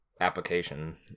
application